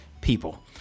people